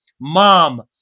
mom